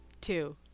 two